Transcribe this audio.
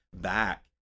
back